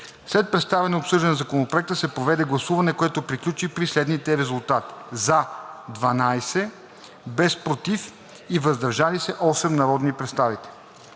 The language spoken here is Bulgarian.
След представяне и обсъждане на Законопроекта се проведе гласуване, което приключи при следните резултати: „за“ – 12, без „против“ и „въздържал се“ – 8 народни представители.